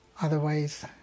otherwise